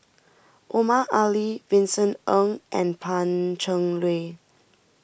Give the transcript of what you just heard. Omar Ali Vincent Ng and Pan Cheng Lui